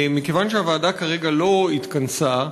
מכיוון שהוועדה כרגע לא התכנסה,